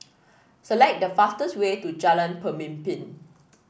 select the fastest way to Jalan Pemimpin